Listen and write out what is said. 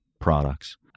products